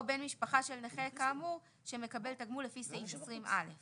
או בן משפחה של נכה כאמור שמקבל תגמול לפי סעיף 20(א).